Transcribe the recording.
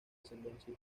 ascendencia